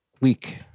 week